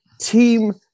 team